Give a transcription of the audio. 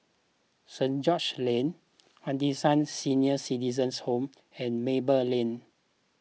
St George's Lane Henderson Senior Citizens' Home and Maple Lane